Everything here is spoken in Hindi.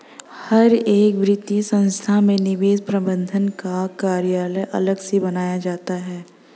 हर एक वित्तीय संस्था में निवेश प्रबन्धन का कार्यालय अलग से बनाया जाता है